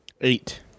Eight